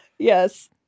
Yes